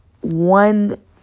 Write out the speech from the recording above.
one